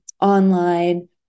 online